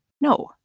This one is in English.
No